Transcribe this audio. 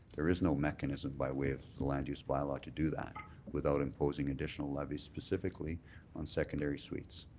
there is no mechanism by way of land use bylaw to do that without imposing additional levis specifically on secondary suites.